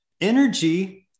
energy